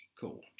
Cool